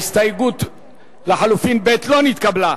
ההסתייגות לחלופין (ב) לא נתקבלה.